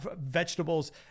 vegetables